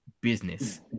business